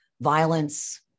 violence